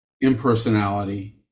impersonality